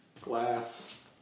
glass